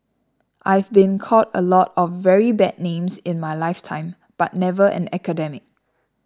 I've been called a lot of very bad names in my lifetime but never an academic